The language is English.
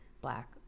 black